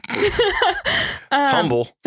Humble